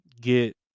get